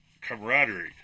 camaraderie